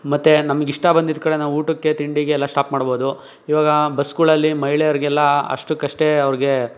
ಮತ್ತೆ ನಮಗಿಷ್ಟ ಬಂದಿದ್ದ ಕಡೆ ನಾವು ಊಟಕ್ಕೆ ತಿಂಡಿಗೆ ಎಲ್ಲ ಸ್ಟಾಪ್ ಮಾಡ್ಬೋದು ಈವಾಗ ಬಸ್ಗಳಲ್ಲಿ ಮಹಿಳೆಯರಿಗೆಲ್ಲ ಅಷ್ಟಕ್ಕಷ್ಟೇ ಅವರಿಗೆ